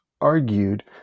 argued